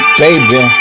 baby